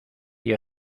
die